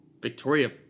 Victoria